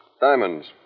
Diamonds